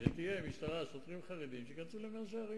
שיהיו שוטרים חרדים שייכנסו למאה- שערים,